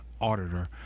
auditor